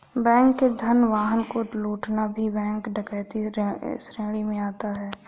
bank के धन वाहन को लूटना भी बैंक डकैती श्रेणी में आता है